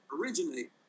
originate